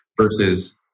Versus